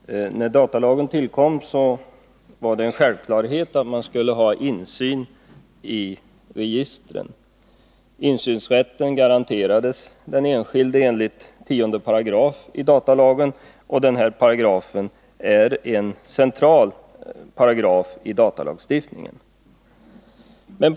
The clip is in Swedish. Herr talman! När datalagen tillkom var det en självklarhet att man skulle ha insyn i registren. Insynsrätten garanterades den enskilde enligt 10 § datalagen som är en central paragraf i datalagstiftningen.